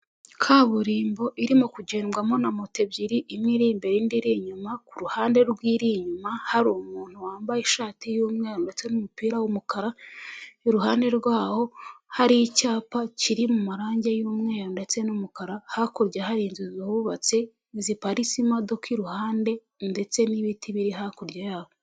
Kaburimbo irimo kugendwamo na moto ebyiri, imwe iri imbere, indi iri inyuma. Ku ruhande rw'iri inyuma hari umuntu wambaye ishati y'umweru ndetse n'umupira w'umukara. Iruhande rwaho hari icyapa kiri mu marangi y'umweru ndetse n'umukara. Hakurya hari inzu zihubatse ziparitse imodoka iruhande, ndetse n'ibiti biri hakurya yaho.